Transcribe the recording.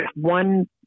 one